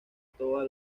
toda